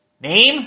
Name